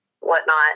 whatnot